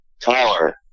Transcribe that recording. Tyler